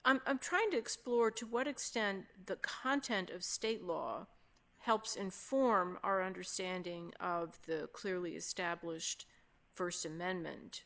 i'm trying to explore to what extent the content of state law helps inform our understanding of the clearly established st amendment